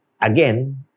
again